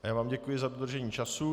Já vám děkuji za dodržení času.